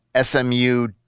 SMU